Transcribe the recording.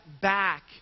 back